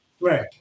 right